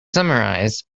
summarize